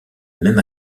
même